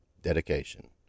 Dedication